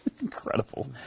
Incredible